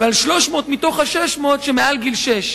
ועל 300 מתוך ה-600 שמעל גיל שש.